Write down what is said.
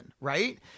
Right